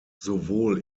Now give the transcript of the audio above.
sowohl